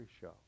Show